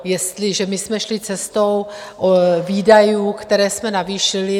jestliže my jsme šli cestou výdajů, které jsme navýšili.